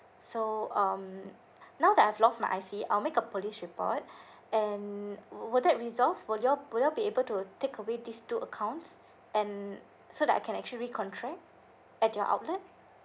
so um now that I've lost my I_C I'll make a police report and would that resolve will y'all will y'all be able to take away these two accounts and so that I can actually recontract at your outlet